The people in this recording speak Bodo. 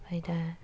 आमफाय दा